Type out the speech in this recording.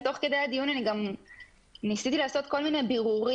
ותוך כדי הדיון אני גם ניסיתי לעשות כל מיני בירורים.